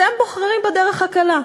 אתם בוחרים בדרך הקלה.